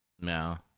No